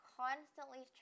constantly